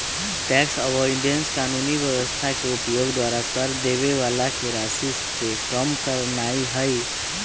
tax avoidance कानूनी व्यवस्था के उपयोग द्वारा कर देबे बला के राशि के कम करनाइ हइ